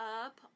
up